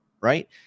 Right